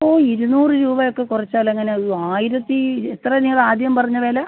ഓ ഇരുന്നൂറ് രൂപയൊക്കെ കുറച്ചാലെങ്ങനാണ് ഒരു ആയിരത്തി എത്ര നിങ്ങൾ ആദ്യം പറഞ്ഞ വില